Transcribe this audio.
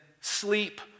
sleep